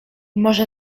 może